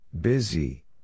Busy